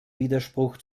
widerspruch